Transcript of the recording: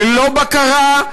ללא בקרה,